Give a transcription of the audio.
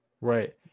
right